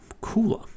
cooler